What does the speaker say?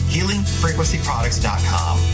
HealingFrequencyProducts.com